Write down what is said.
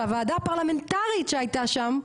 והוועדה פרלמנטרית שהייתה שם,